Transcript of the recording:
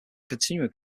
continuing